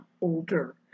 older